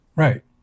right